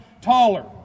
taller